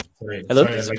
Hello